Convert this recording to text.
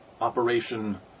Operation